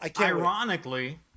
ironically